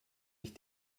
ich